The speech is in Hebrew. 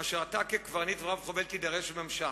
אשר אתה, כקברניט ורב החובל, תידרש לממשן.